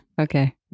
okay